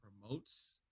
promotes